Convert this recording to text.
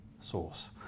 source